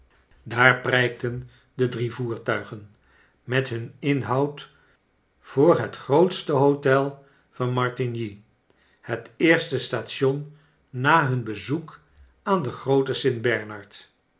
daar prijkten de drie voertuigen met hun inhoud voor het grootste hotel van martigny het eerste station na hun bezoek aan den g rooten sint bernard